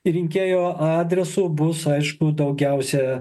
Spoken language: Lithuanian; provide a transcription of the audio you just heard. rinkėjo adresu bus aišku daugiausia